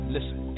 Listen